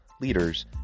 leaders